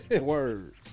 Word